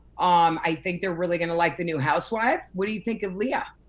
um i think they're really gonna like the new housewife. what do you think of leah?